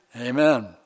Amen